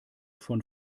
von